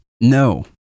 No